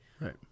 Right